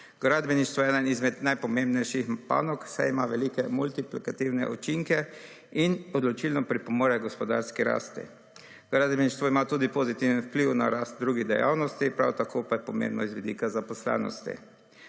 Gradbeništvo je eden izmed najpomembnejših panog, saj ima velike multiplikativne učinke in odločilno pripomore h gospodarski rasti. Gradbeništvo ima tudi pozitiven vpliv na rast drugih dejavnosti, prav tako pa je pomembno iz vidika zaposlenosti.